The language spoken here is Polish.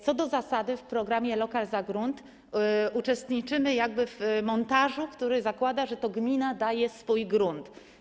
Co do zasady w programie: lokal za grunt uczestniczymy jakby w montażu, który zakłada, że to gmina daje swój grunt.